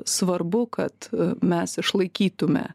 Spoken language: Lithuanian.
svarbu kad mes išlaikytumėme